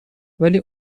ولی